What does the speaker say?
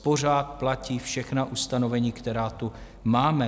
Pořád platí všechna ustanovení, která tu máme.